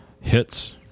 hits